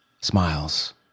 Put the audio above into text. Smiles